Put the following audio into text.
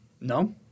No